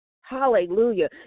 Hallelujah